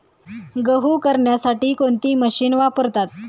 गहू करण्यासाठी कोणती मशीन वापरतात?